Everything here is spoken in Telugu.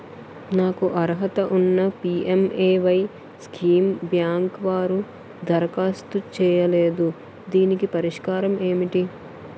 నాకు అర్హత ఉన్నా పి.ఎం.ఎ.వై స్కీమ్ బ్యాంకు వారు దరఖాస్తు చేయలేదు దీనికి పరిష్కారం ఏమిటి?